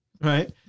Right